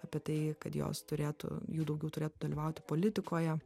apie tai kad jos turėtų jų daugiau turėtų dalyvauti politikoje